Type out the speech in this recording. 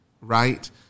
right